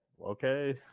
okay